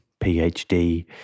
PhD